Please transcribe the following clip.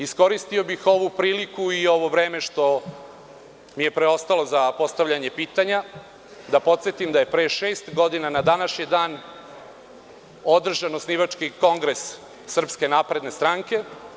Iskoristio bih ovu priliku i ovo vreme koje mi je preostalo za postavljanje pitanja, da podsetim da je pre šest godina na današnji dan održan osnivački kongres SNS.